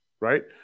right